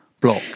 block